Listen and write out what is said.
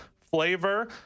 flavor